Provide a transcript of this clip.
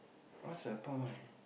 what's the point